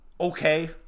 okay